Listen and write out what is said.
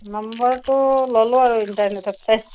নম্বৰটো ল'লোঁ আৰু ইণ্টাৰ্নেটত চাই